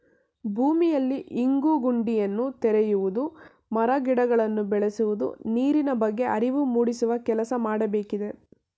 ಭೂಮಿಯಲ್ಲಿ ಇಂಗು ಗುಂಡಿಯನ್ನು ತೆರೆಯುವುದು, ಮರ ಗಿಡಗಳನ್ನು ಬೆಳೆಸುವುದು, ನೀರಿನ ಬಗ್ಗೆ ಅರಿವು ಮೂಡಿಸುವ ಕೆಲಸ ಮಾಡಬೇಕಿದೆ